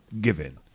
given